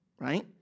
right